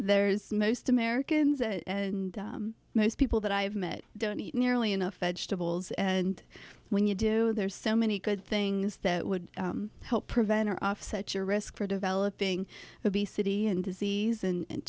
there's most americans and most people that i've met don't eat nearly enough vegetables and when you do there are so many good things that would help prevent or offset your risk for developing obesity and disease and